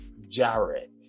Jarrett